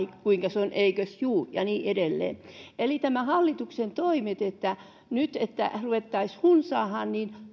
kuinkas on eikös juu ja niin edelleen tämän hallituksen toimet nyt että ruvettaisiin hunsaamaan